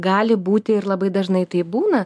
gali būti ir labai dažnai tai būna